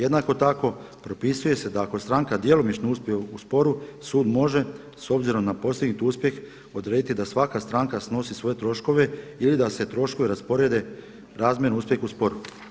Jednako tako propisuje se da ako stranka djelomično uspije u sporu sud može s obzirom na postignut uspjeh odrediti da svaka stranka snovi svoje troškove ili da se troškovi rasporede razmjerno uspjehu u sporu.